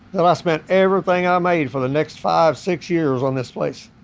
that i spent everything um i made for the next five six years on this place